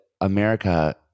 America